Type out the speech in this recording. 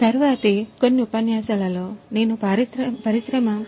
తరువాతి కొన్ని ఉపన్యాసాలలో నేను పరిశ్రమ 4